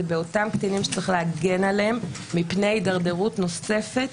הוא באותם קטינים שצריך להגן עליהם מפני הידרדרות נוספת,